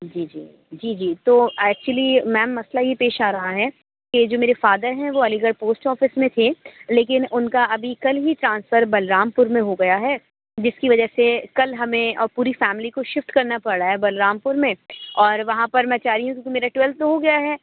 جی جی جی جی تو ایکچولی میم مسئلہ یہ پیش آ رہا ہے کہ یہ جو میرے فادر ہیں وہ علی گڑھ پوسٹ آفیس میں تھے لیکن ان کا ابھی کل ہی ٹرانسفر بلرام پور میں ہو گیا ہے جس کہ وجہ سے کل ہمیں اور پوری فیملی کو شفٹ کرنا پڑ رہا ہے بلرام پور میں اور وہاں پر میں چاہ رہی ہوں کہ میرا ٹویلتھ تو ہو گیا ہے